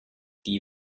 die